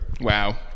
Wow